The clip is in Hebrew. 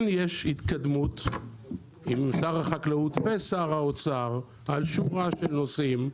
כן יש התקדמות עם שר החקלאות ושר האוצר על שורה של נושאים,